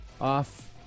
off